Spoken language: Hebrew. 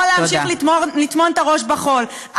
יכול להמשיך לטמון את הראש בחול,